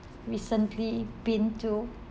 recently been to